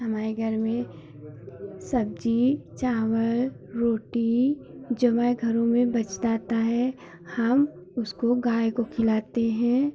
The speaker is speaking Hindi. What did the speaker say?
हमारे घर में सब्जज़ी चावल रोटी जो हमारे घरों में बच जाता है हम उसको गाय को खिलाते हैं